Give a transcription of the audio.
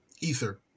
ether